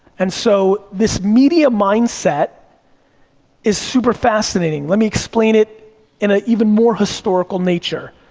and so, this media mindset is super fascinating. let me explain it in an even more historical nature.